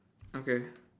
okay